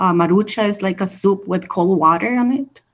um marucha is like a soup with cold water on it.